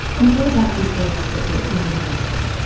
and what about the eggs that were in the nests?